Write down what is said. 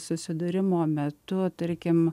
susidūrimo metu tarkim